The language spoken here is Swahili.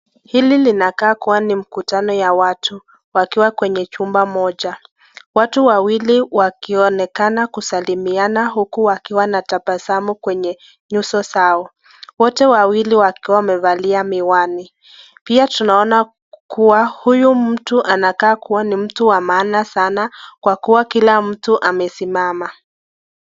Hili linakaa kuwa ni mkutano wa watu wakiwa kwenye nyumba moja. Watu wawili wakionekana kusalimiana huku wawili wakiwa na tabasamu kwenye nyuso zao, wote wawili wakiwa wamevalia miwani. Pia tunaona kuwa huyu mtu anakaa kuwa wa maana sana kwa kuwa kila tu amesimama.